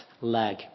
leg